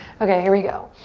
okay, here we go.